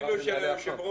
אפילו של היושב-ראש,